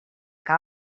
que